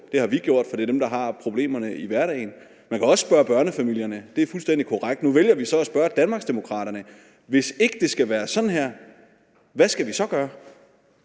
Det har vi gjort, for det er dem, der har problemerne i hverdagen. Man kan også spørge børnefamilierne, det er fuldstændig korrekt. Nu vælger vi så at spørge Danmarksdemokraterne: Hvis ikke det skal være sådan her, hvad skal vi så gøre?